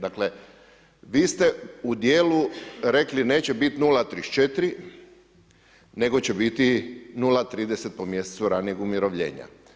Dakle, vi ste u dijelu rekli neće biti 0,34 nego će biti 0,30 po mjesecu ranijeg umirovljenja.